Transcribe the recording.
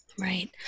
Right